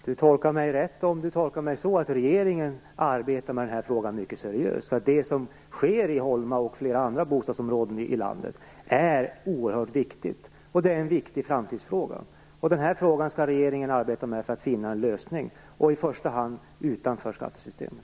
Fru talman! Sten Andersson tolkar mig rätt om han tolkar mig så att regeringen arbetar mycket seriöst med frågan. Det som sker i Holma och i flera andra bostadsområden ute i landet är oerhört viktigt samtidigt som det är en viktig framtidsfråga. Regeringen skall nu arbeta med frågan för att finna en lösning, i första hand utanför skattesystemet.